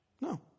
No